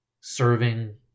serving